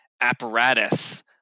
apparatus